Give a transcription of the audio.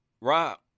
Rob